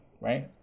right